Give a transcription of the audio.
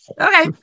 Okay